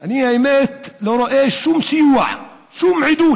אני, האמת, לא רואה שום סיוע, שום עידוד